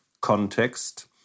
context